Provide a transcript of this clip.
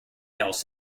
else